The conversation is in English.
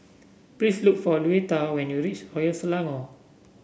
please look for Louetta when you reach Royal Selangor